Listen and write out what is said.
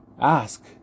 Ask